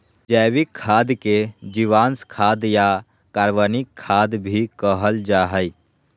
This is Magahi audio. जैविक खाद के जीवांश खाद या कार्बनिक खाद भी कहल जा हइ